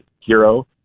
Hero